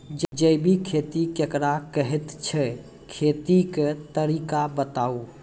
जैबिक खेती केकरा कहैत छै, खेतीक तरीका बताऊ?